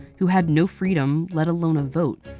who had no freedom, let alone a vote,